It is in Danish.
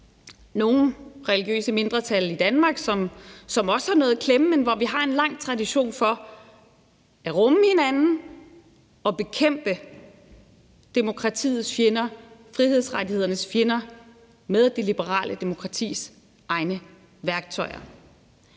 nogle – religiøse mindretal i Danmark, som også har noget i klemme. Men vi har en lang tradition for at rumme hinanden og bekæmpe demokratiets fjender og frihedsrettighedernes fjender med det liberale demokratis egne værktøjer.